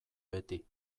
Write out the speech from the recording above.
beti